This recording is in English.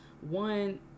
one